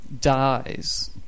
dies